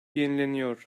yenileniyor